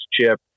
chip